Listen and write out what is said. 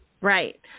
Right